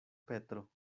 petro